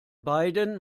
beidem